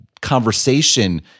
conversation